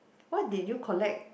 what did you collect